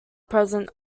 presence